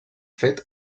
fet